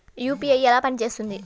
UPI ఎలా పనిచేస్తుంది?